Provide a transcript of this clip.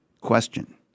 question